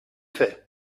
fait